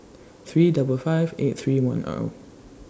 three double five eight three one O